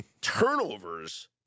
turnovers